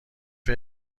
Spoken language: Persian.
آیا